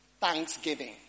thanksgiving